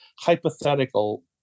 hypothetical